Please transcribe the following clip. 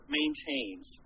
maintains